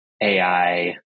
AI